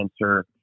answer